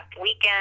weekend